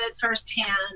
firsthand